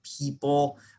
people